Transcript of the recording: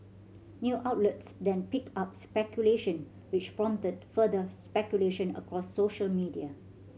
new outlets then picked up speculation which prompted further speculation across social media